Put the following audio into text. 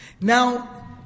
Now